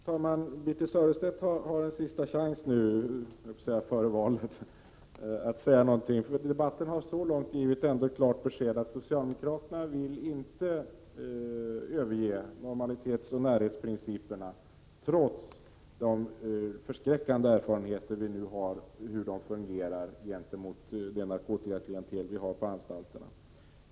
Fru talman! Birthe Sörestedt har nu en sista chans — före valet, hade jag så när sagt — att säga något. Debatten har givit klart besked så långt att socialdemokraterna inte vill överge normalitetsoch närhetsprinciperna, trots de förskräckande erfarenheter vi nu har av hur de fungerar när det gäller det narkotikaklientel vi har på anstalterna.